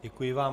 Děkuji vám.